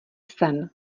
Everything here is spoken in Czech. sen